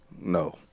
No